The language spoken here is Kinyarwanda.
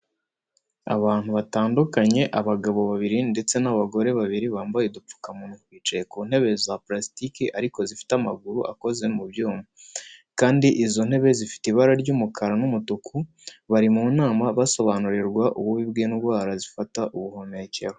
Abantu batandukanye, abagabo babiri ndetse n'abagore babiri bambaye udupfukamunwa, bicaye ku ntebe za purasike ariko zifite amaguru akoze mu byuma, kandi izo ntebe zifite ibara ry'umukara n'umutuku. Bari mu nama basobanurirwa ububi bw'indwara zifata ubuhumekero.